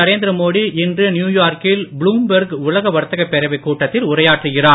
நரேந்திர மோடி இன்று நியுயார்கில் புளும்பெர்க் உலக வர்த்தக பேரவை கூட்டத்தில் உரையாற்றுகிறார்